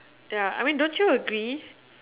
ya I mean don't you agree